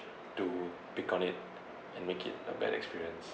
to pick on it and make it a bad experience